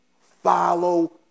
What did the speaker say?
Follow